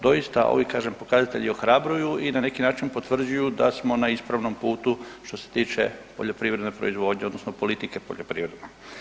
Doista kažem ovi pokazatelji ohrabruju i na neki način potvrđuju da smo na ispravnom putu što se tiče poljoprivredne proizvodnje, odnosno politike poljoprivredne.